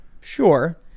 Sure